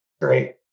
Great